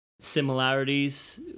similarities